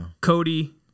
Cody